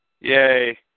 Yay